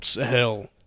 hell